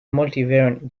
multivariate